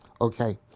Okay